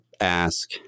ask